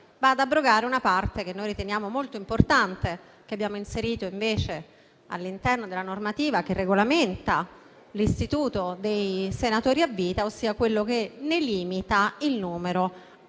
va ad abrogare una parte che noi riteniamo molto importante e che abbiamo inserito all'interno della normativa che regolamenta l'istituto dei senatori a vita, ossia quella che ne limita il numero a